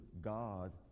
God